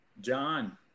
John